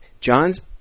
John's